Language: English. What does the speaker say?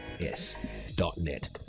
S.net